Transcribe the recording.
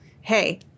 Hey